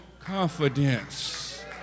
confidence